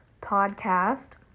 podcast